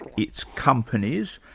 it's companies,